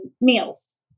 meals